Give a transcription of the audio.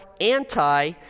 anti